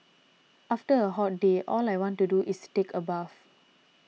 after a hot day all I want to do is take a bath